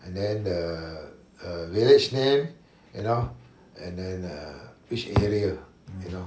and then the village uh name you know and then err which area you know